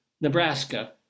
Nebraska